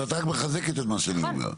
אז את רק מחזקת את מה שאני אומר.